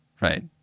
Right